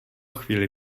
chvíli